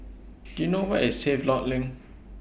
Do YOU know Where IS Havelock LINK